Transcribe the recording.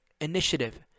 initiative